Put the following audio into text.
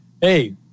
Hey